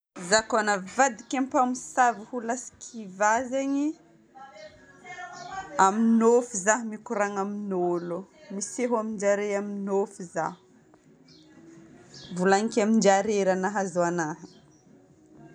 Zaho koa navadiky ny mpamosavy ho lasa kiva zegny, amin'ny nofy za mikoragna amin'olo, miseho amin-jare amin'ny nofy za. Volagniko amin-jare raha nahazo anahy.